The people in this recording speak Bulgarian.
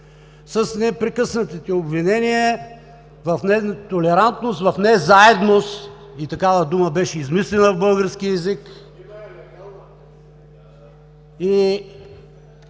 с непрекъснатите обвинения в нетолерантност, в незаедност – и такава дума беше измислена в българския език.